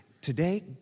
Today